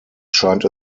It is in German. scheint